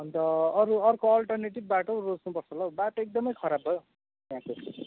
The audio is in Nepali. अन्त अरू अर्को अल्टर्नेटिभ बाटो रोज्नुपर्छ होला हौ बाटो एकदमै खराब भयो यहाँको